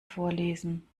vorlesen